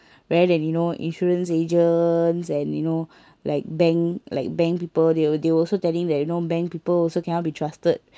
rather than you know insurance agents and you know like bank like bank people they will they will also telling that you know bank people also cannot be trusted